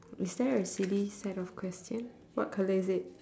is there a silly set of question what colour is it